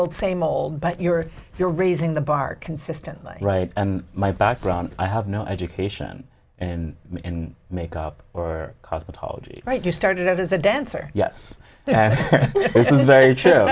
old same old but you're you're raising the bar consistently right my background i have no education and make up or cosmetology right you started out as a dancer yes it's very true